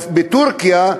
בטורקיה,